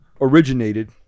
originated